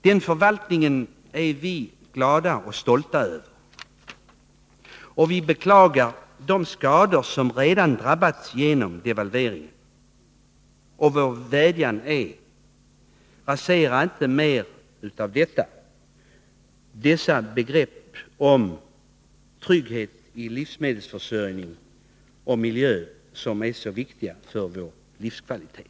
Den förvaltningen är vi glada och stolta över. Vi beklagar de skador som redan vållats genom devalveringen. Vår vädjan är: Rasera inte mer! Begreppen trygghet i livsmedelsförsörjningen och miljön är så viktiga för vår livskvalitet.